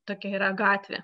tokia yra gatvė